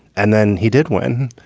and then he did win.